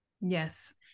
Yes